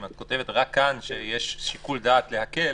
אם את כותבת רק כאן שיש שיקול דעת להקל